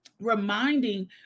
reminding